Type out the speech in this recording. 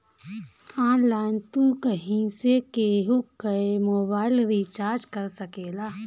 online तू कहीं से केहू कअ मोबाइल रिचार्ज कर सकेला